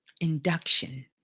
Induction